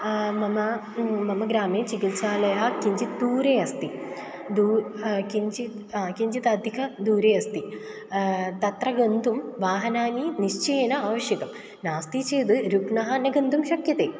मम मम ग्रामे चिकित्सालयः किञ्चित् दूरे अस्ति दूरे किञ्चित् किञ्चित् अधिकदूरे अस्ति तत्र गन्तुं वाहनानि निश्चयेन आवश्यकं नास्ति चेत् रुग्नः न गन्तुं शक्यते